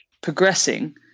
progressing